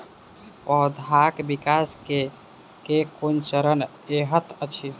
पौधाक विकास केँ केँ कुन चरण हएत अछि?